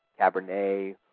Cabernet